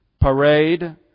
Parade